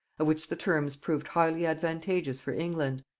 of which the terms proved highly advantageous for england.